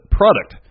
product